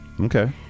Okay